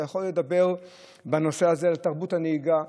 אתה יכול לדבר בנושא הזה על תרבות הנהיגה,